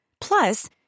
Plus